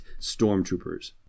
stormtroopers